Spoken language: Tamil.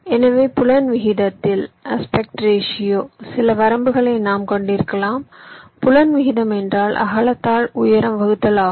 எனவே புலன் விகிதத்தில் சில வரம்புகளை நாம் கொண்டிருக்கலாம் புலன் விகிதம் என்றால் அகலத்தால் உயரம் வகுத்தல் ஆகும்